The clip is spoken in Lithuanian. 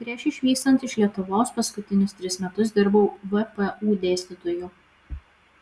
prieš išvykstant iš lietuvos paskutinius tris metus dirbau vpu dėstytoju